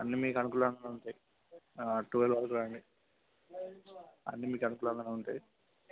అన్నీ మీకు అనుకూలంగా ఉంటాయి ట్వల్వ్ వరకు రండి అన్నీ మీకు అనుకూలంగా ఉంటాయి